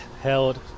held